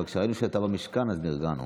אבל כשראינו שאתה במשכן אז נרגענו.